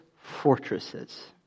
fortresses